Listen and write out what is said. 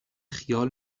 خیال